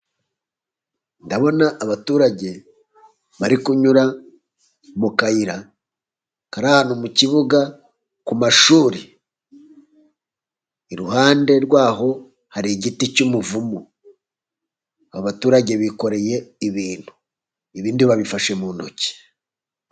Ndabona abaturage bari kunyura mu kayira kari mu kibuga ku mashuri, iruhande rwaho hari igiti cy'umuvumu. Abaturage bikoreye ibintu, ibindi babifashe mu ntoki.